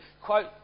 quote